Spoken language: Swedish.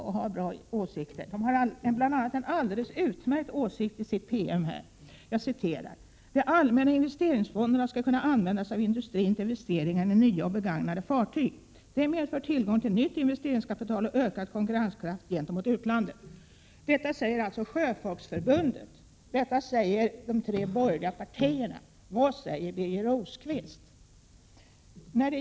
I sin promemoria uttrycker förbundet bl.a. följande alldeles utmärkta åsikt: De allmänna investeringsfonderna skall kunna användas av industrin till investeringar i nya och begagnade fartyg. Det medför tillgång till nytt investeringskapital och ökad konkurrenskraft gentemot utlandet. — Detta säger alltså Sjöfolksförbundet. Detta säger också de tre borgerliga partierna. Vad säger Birger Rosqvist?